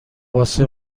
واسه